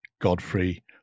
Godfrey